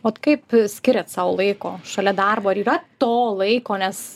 ot kaip skiriat sau laiko šalia darbo ar yra to laiko nes